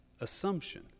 assumption